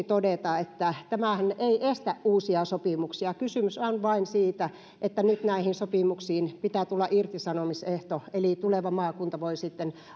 todeta että tämähän ei estä uusia sopimuksia kysymys on vain siitä että nyt näihin sopimuksiin pitää tulla irtisanomisehto eli tuleva maakunta voi sitten